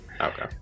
Okay